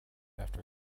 after